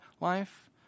life